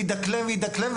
ידקלם וידקלם,